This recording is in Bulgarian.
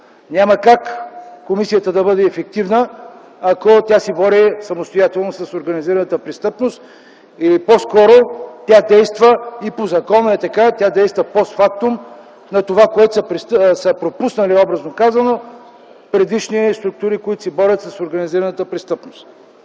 Няма как комисията да бъде ефективна, ако тя се бори самостоятелно с организираната престъпност или по-скоро тя действа, и по закона е така, постфактум на това, което са пропуснали, образно казано, предишни структури, които се борят с организираната престъпност.